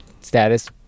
status